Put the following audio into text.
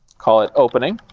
call it opening.